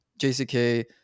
JCK